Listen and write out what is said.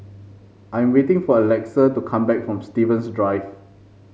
I am waiting for Alexa to come back from Stevens Drive